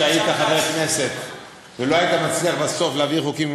כשהיית חבר כנסת ולא היית מצליח בסוף להעביר חוקים,